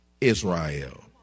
Israel